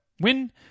win